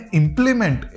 implement